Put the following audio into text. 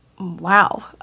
Wow